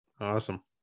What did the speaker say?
awesome